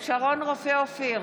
שרון רופא אופיר,